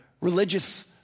religious